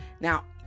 Now